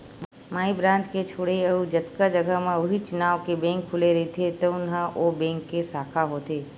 माई branch के छोड़े अउ जतका जघा म उहींच नांव के बेंक खुले रहिथे तउन ह ओ बेंक के साखा होथे